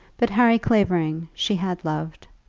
but harry clavering she had loved.